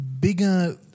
bigger